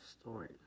story